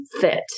fit